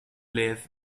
live